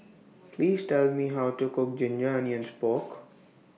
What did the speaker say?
Please Tell Me How to Cook Ginger Onions Pork